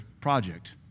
project